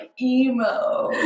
emo